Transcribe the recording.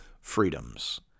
freedoms